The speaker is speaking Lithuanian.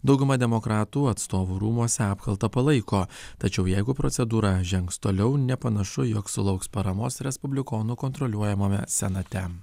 dauguma demokratų atstovų rūmuose apkaltą palaiko tačiau jeigu procedūra žengs toliau nepanašu jog sulauks paramos respublikonų kontroliuojamame senate